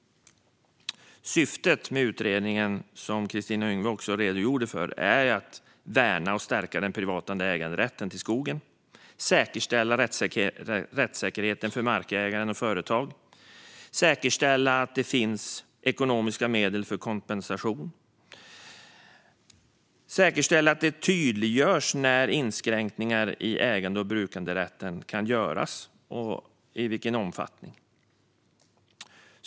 Syftet med utredningen, som Kristina Yngwe också redogjorde för, är att värna och stärka den privata äganderätten till skogen, säkerställa rättssäkerheten för markägare och företag, säkerställa att det finns ekonomiska medel för kompensation och säkerställa att det tydliggörs när inskränkningar i ägande och brukanderätten kan göras och i vilken omfattning.